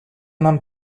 нам